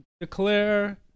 Declare